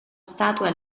statua